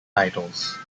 titles